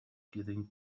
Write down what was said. getting